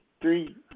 three